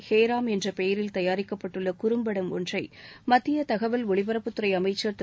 ஹேராம் என்ற பெயரில் தயாரிக்கப்பட்டுள்ள குறும்படம் ஒன்றை மத்திய தகவல் ஒலிபரப்புத் துறை அமைச்சர் திரு